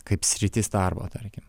kaip sritis darbo tarkim